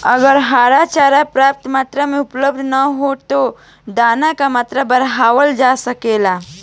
अगर हरा चारा पर्याप्त मात्रा में उपलब्ध ना होखे त का दाना क मात्रा बढ़ावल जा सकेला?